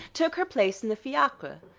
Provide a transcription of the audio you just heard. took her place in the fiacre.